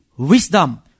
Wisdom